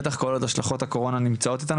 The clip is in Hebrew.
בטח כל עוד השלכות הקורונה נמצאות איתנו